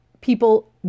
people